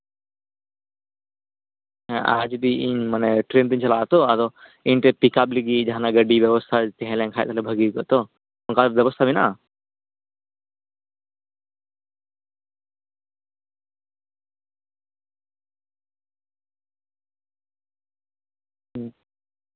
ᱦᱮᱸ ᱟᱨ ᱡᱩᱫᱤ ᱤᱧ ᱛᱚ ᱴᱨᱮᱱᱛᱤᱧ ᱪᱟᱞᱟᱜ ᱟᱛᱚ ᱤᱧ ᱯᱤᱠᱟᱯ ᱞᱟᱹᱜᱤᱫ ᱢᱤᱫᱴᱮᱡ ᱜᱟᱹᱰᱤ ᱵᱮᱵᱚᱥᱛᱟ ᱛᱟᱦᱮᱸᱞᱮᱱᱠᱷᱟᱡ ᱵᱷᱟᱜᱮ ᱦᱩᱭ ᱠᱚᱜᱼᱟ ᱛᱚ ᱚᱱᱠᱟᱱ ᱵᱮᱵᱚᱥᱛᱷᱟ ᱢᱮᱱᱟᱜᱼᱟ